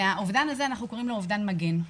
לאובדן הזה אנחנו קוראים אובדן מגן.